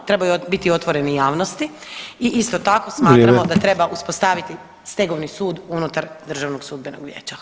Trebaju biti otvoreni javnosti i isto tako smatramo da treba [[Upadica Sanader: Vrijeme.]] uspostaviti stegovni sud unutar Državnog sudbenog vijeća.